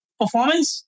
performance